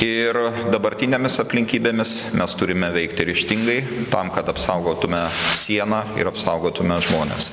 ir dabartinėmis aplinkybėmis mes turime veikti ryžtingai tam kad apsaugotume sieną ir apsaugotume žmones